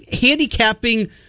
handicapping